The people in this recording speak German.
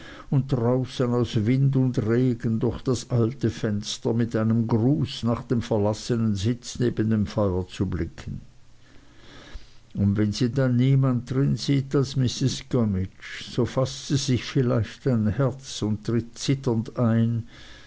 und draußen aus wind und regen durch das alte fenster mit einem gruß nach dem verlassenen sitz neben dem feuer zu blicken und wenn sie dann niemand drin sieht als mrs gummidge so faßt sie sich vielleicht ein herz und tritt zitternd ein